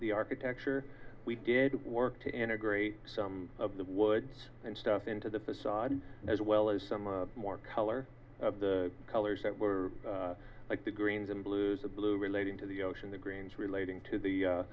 the architecture we did work to integrate some of the woods and stuff into the facade as well as some more color colors that were like the greens and blues the blue relating to the ocean the greens relating to the